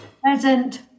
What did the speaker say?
Present